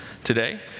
today